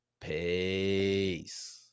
Peace